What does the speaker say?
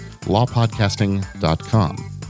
lawpodcasting.com